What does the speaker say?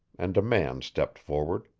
and a man stepped forward.